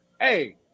hey